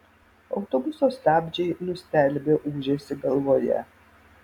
autobuso stabdžiai nustelbė ūžesį galvoje